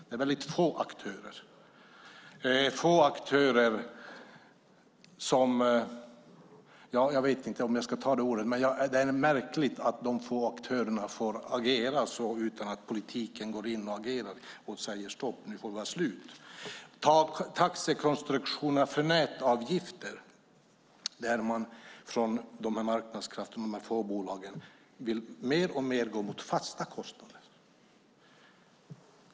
Det är väldigt få aktörer, och det är märkligt att de får agera så utan att politiken går in och agerar och säger: Stopp, nu får det vara slut! Ta taxekonstruktionerna för nätavgifter! Marknadskrafterna, de få bolagen, vill mer och mer gå mot fasta kostnader.